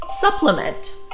supplement